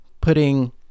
putting